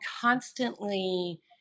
constantly